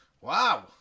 Wow